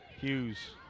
Hughes